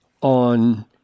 on